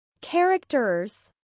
Characters